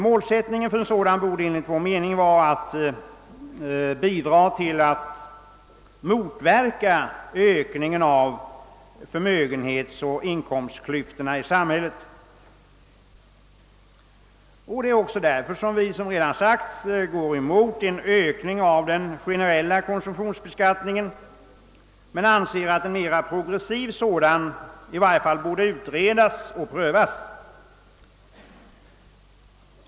Målsättningen för en sådan borde enligt vår mening vara att bidra till att motverka ökningen av förmögenhetsoch inkomstklyftorna i samhället. Det är också därför som vi, såsom redan sagts, går emot en ökning av den generella konsumtionsbeskattningen men anser att frågan om en mera progressiv sådan i varje fall borde utredas och prövas.